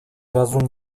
жазуу